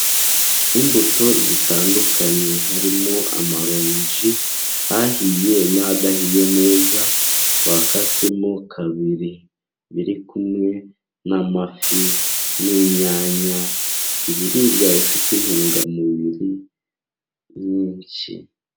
Imbuto zitandukanye harimo amaronji, ahiye n'adahiye neza bakasemo kabiri biri kumwe n'amafi n'inyanya, ibiribwa bifite intungamubiri nyinshi.